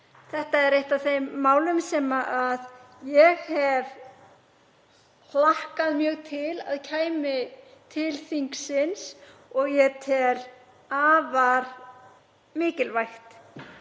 Þetta er eitt af þeim málum sem ég hef hlakkað mjög til að kæmi til þingsins og ég tel afar mikilvægt